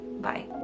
Bye